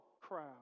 crowd